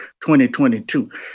2022